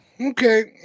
Okay